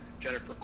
Jennifer